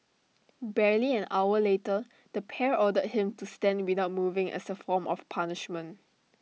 barely an hour later the pair ordered him to stand without moving as A form of punishment